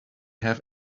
have